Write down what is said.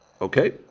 Okay